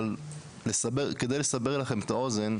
אבל כדי לסבר לכם את האוזן,